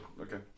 okay